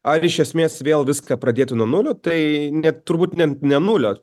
ar iš esmės vėl viską pradėti nuo nulio tai net turbūt ne ne nulio